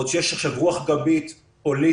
ועוד שיש עכשיו רוח גבית פוליטית-ציבורית